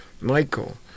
Michael